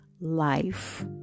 life